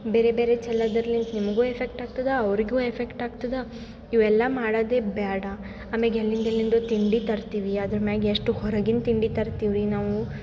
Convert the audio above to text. ಬೇರೆ ಬೇರೆ ಚಲ್ಲಾದ್ರಲಿಂತ್ ನಿಮಗು ಎಫೆಕ್ಟ್ ಆಗ್ತದೆ ಅವರಿಗೂ ಎಫೆಕ್ಟ್ ಆಗ್ತದೆ ಇವೆಲ್ಲ ಮಾಡೋದೇ ಬೇಡ ಆಮೇಗೆ ಎಲ್ಲಿಂದ ಎಲ್ಲಿಂದೋ ತಿಂಡಿ ತರ್ತೀವಿ ಅದ್ರ ಮ್ಯಾಗೆ ಎಷ್ಟು ಹೊರಗಿನ ತಿಂಡಿ ತರ್ತೀವಿ ರಿ ನಾವು